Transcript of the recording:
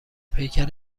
پیکر